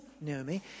Naomi